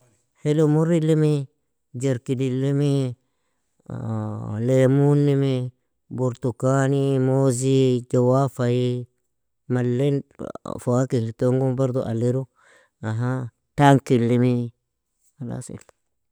Hilo murrilimi, jerkidilimi, lemunimi, burtukani, mozi, jawafaie, malin fwakihil tona bardo aliru, tankilimi, halsili.